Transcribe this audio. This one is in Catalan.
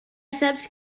saps